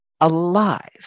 alive